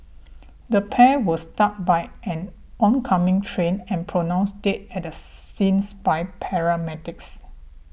the pair were struck by an oncoming train and pronounced dead at the scene by paramedics